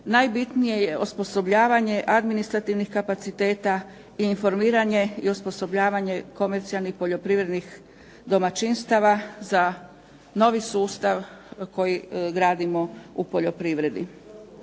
najbitnije je osposobljavanje administrativnih kapaciteta i informiranje i osposobljavanje komercijalnih poljoprivrednih domaćinstava za novi sustav koji gradimo u poljoprivredi.